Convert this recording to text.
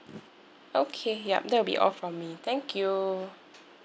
okay yup that will be all from me thank you